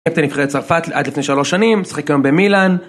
קפטן נבחרת צרפת עד לפני שלוש שנים, משחק היום במילאן